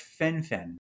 FenFen